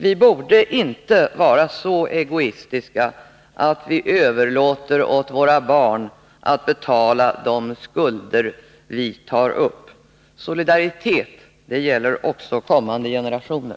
Vi borde inte vara så egoistiska, att vi överlåter åt våra barn att betala de skulder vi tar upp. Solidariteten gäller också kommande generationer.